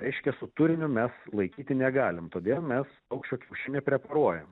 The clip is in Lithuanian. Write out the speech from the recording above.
reiškia su turiniu mes laikyti negalim todėl mes paukščio kiaušinį preparuojam